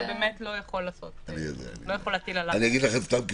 אתה באמת לא יכול להטיל עליו --- סתם כקוריוז,